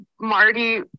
Marty